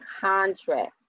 contract